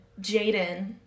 Jaden